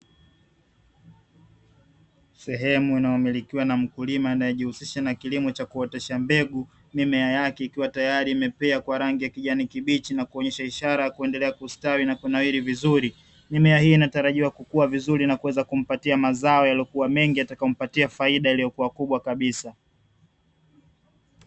Sehemu inayomilikiwa na mkulima anayejihusisha na kilimo cha kuotesha mbegu, mimea yake ikiwa tayari imepea kwa rangi ya kijani kibichi na kuonyesha ishara ya kuendelea kustawi na kunawiri vizuri. Mimea hiyo inatarajiwa kukua vzirui na kuweza kumpatia mazao yaliyokuwa mengi yatakayompatia faida iliyokua kubwa kabisa.